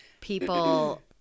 people